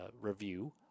review